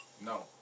No